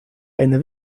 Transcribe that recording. eine